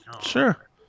sure